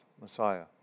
Messiah